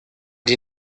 die